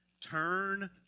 turn